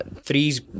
Three's